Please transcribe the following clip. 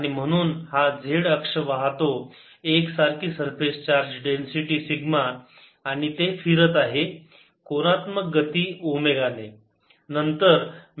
आणि म्हणून हा z अक्ष वाहतो एक सारखी सरफेस चार्ज डेन्सिटी सिग्मा आणि ते फिरत आहे कोनात्मक गती ओमेगा ने